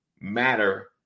matter